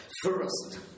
First